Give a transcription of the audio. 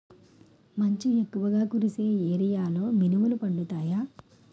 మంచు ఎక్కువుగా కురిసే ఏరియాలో మినుములు పండుతాయా?